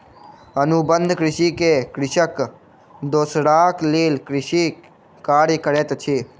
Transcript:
अनुबंध कृषि में कृषक दोसराक लेल कृषि कार्य करैत अछि